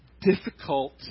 difficult